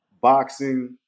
boxing